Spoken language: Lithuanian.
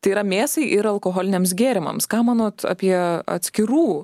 tai yra mėsai ir alkoholiniams gėrimams ką manot apie atskirų